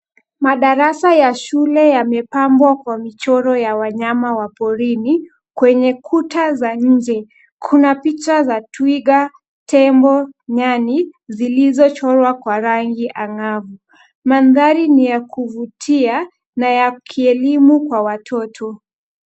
Madarasa ya shule yamepambwa kwa michoro ya wanyama wa porini kwenye kuta za nje. Kuna picha za twiga, tembo, nyani zilizochorwa kwa rangi angavu. Mandhari ni ya kuvutia na ya kielimu kwa watoto.